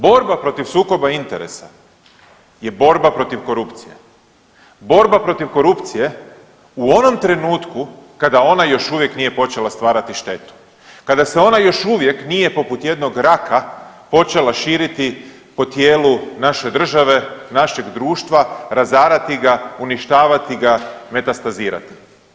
Borba protiv sukoba interesa je borba protiv korupcije, borba protiv korupcije u onom trenutku kada ona još uvijek nije počela stvarati štetu kada se ona još uvijek nije poput jednog raka počela širiti po tijelu naše države, našeg društva, razarati ga, uništavati ga, metastazirati.